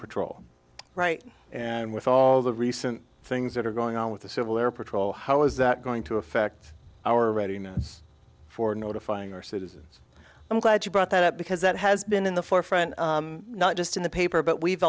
patrol right and with all the recent things that are going on with the civil air patrol how is that going to affect our readiness for notifying our citizens i'm glad you brought that up because that has been in the forefront not just in the paper but we've